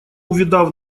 увидав